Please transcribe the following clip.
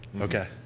Okay